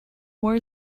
war